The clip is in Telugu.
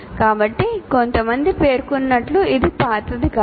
కాబట్టి కొంతమంది పేర్కొన్నట్లు ఇది పాతది కాదు